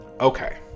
Okay